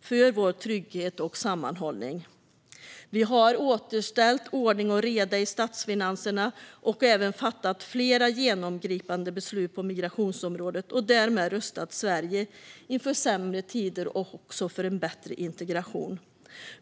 för vår trygghet och sammanhållning. Vi har återställt ordning och reda i statsfinanserna och även fattat flera genomgripande beslut på migrationsområdet. Därmed har vi rustat Sverige inför sämre tider. Vi har också rustat Sverige för en bättre integration.